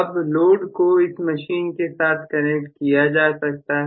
अब लोड को इस मशीन के साथ कनेक्ट किया जा सकता है